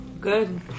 Good